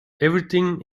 everything